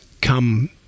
come